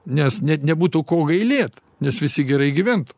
nes net nebūtų ko gailėt nes visi gerai gyventų